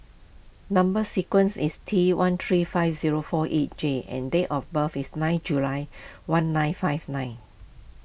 Number Sequence is T one three five zero four eight J and date of birth is nine July one nine five nine